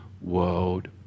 world